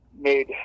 made